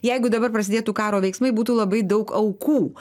jeigu dabar prasidėtų karo veiksmai būtų labai daug aukų